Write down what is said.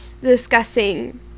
discussing